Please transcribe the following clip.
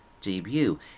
debut